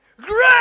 great